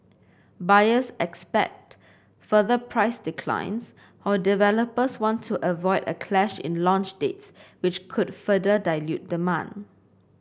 buyers expect further price declines while developers want to avoid a clash in launch dates which could further dilute demand